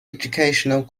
educational